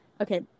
Okay